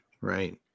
right